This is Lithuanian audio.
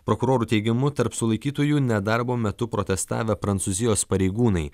prokurorų teigimu tarp sulaikytųjų nedarbo metu protestavę prancūzijos pareigūnai